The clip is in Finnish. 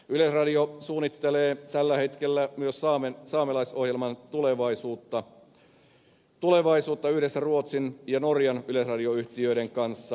yleisradio suunnittelee tällä hetkellä myös saamelaisohjelman tulevaisuutta yhdessä ruotsin ja norjan yleisradioyhtiöiden kanssa